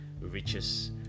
riches